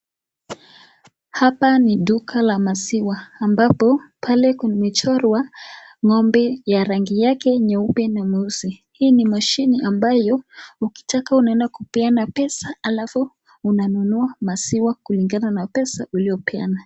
Hapa ni duka la maziwa ambapo pale kumechorwa ngo'mbe ya rangi me nyeupe na meusi, hii mashini ambayo ukitaka unaenda kupeana pesa alafu unanunu maziwa kulikana na pesa uliyopeana.